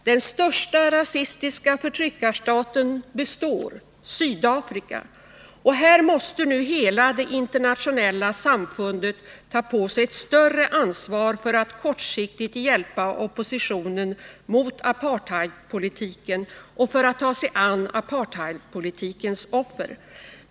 Den största rasistiska förtryckarstaten består — Sydafrika. Här måste nu hela det internationella samfundet ta på sig ett större ansvar för att kortsiktigt hjälpa oppositionen mot apartheidpolitiken och för att ta sig an apartheidpolitikens offer.